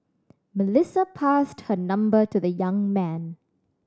Melissa passed her number to the young man